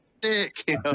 Dick